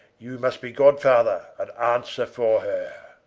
you must be godfather, and answere for her